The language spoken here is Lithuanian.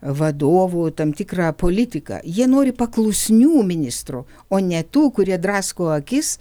vadovų tam tikrą politiką jie nori paklusnių ministrų o ne tų kurie drasko akis